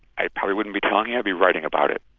i probably wouldn't be telling you, i'd be writing about it.